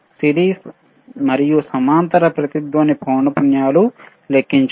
series మరియు సమాంతర resonant పౌనపున్యాలు లెక్కించుము